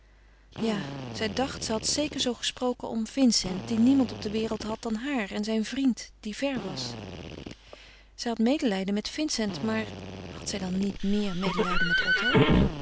ja zij dacht ze had zeker zoo gesproken om vincent die niemand op de wereld had dan haar en zijn vriend die ver was zij had medelijden met vincent maar had zij dan niet meer medelijden met otto